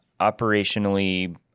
operationally